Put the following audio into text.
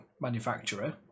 manufacturer